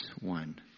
one